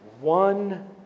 One